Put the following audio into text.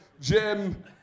Jim